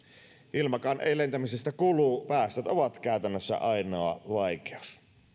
ilmakaan ei lentämisestä kulu päästöt ovat käytännössä ainoa vaikeus